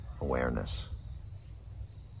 awareness